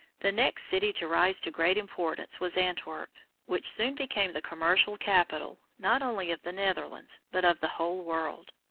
the next city to rise to great importance was antwerp, which soon became the commercial capital not only of the netherlands, but of the whole world.